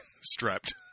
strapped